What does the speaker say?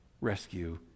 rescue